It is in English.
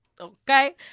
okay